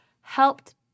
helped